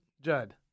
Judd